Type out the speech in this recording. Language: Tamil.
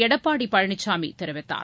எடப்பாடி பழனிசாமி தெரிவித்தார்